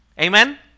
Amen